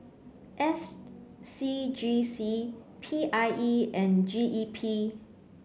S C G C P I E and G E P